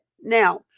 Now